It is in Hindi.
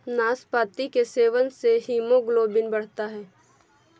नाशपाती के सेवन से हीमोग्लोबिन बढ़ता है